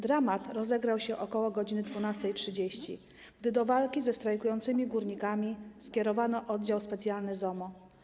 Dramat rozegrał się ok. godz. 12.30, gdy do walki ze strajkującymi górnikami skierowano oddział specjalny ZOMO.